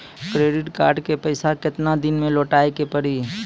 Credit card के पैसा केतना दिन मे लौटाए के पड़ी?